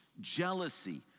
jealousy